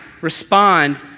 respond